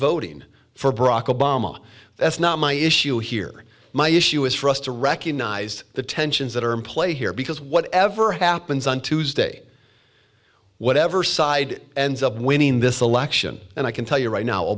obama that's not my issue here my issue is for us to recognize the tensions that are in play here because whatever happens on tuesday whatever side winning this election and i can tell you right now